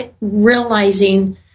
realizing